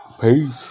peace